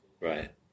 Right